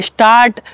Start